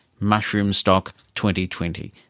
mushroomstock2020